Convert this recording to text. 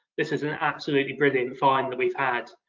this is an absolutely brilliant find that we've had.